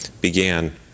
began